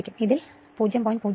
അതിനാൽ ഇത് 0